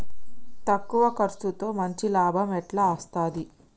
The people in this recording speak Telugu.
తక్కువ కర్సుతో మంచి లాభం ఎట్ల అస్తది?